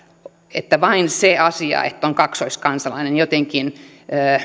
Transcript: että vain se asia että on kaksoiskansalainen jotenkin